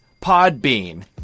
Podbean